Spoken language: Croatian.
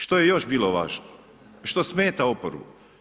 Što je još bilo važno i što smeta oporbu?